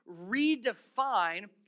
redefine